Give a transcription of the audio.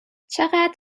چقدر